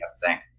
thank